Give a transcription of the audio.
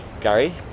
Gary